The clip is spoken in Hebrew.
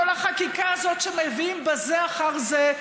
כל החקיקה הזאת שמביאים חוקים בזה אחר זה,